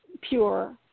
pure